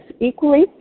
equally